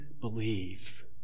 believe